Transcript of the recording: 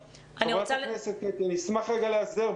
חברת הכנסת שטרית, אני אשמח להיעזר בצחי.